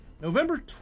November